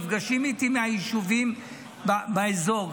נפגשים איתי מהיישובים באזור,